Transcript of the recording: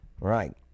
Right